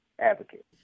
advocate